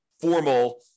formal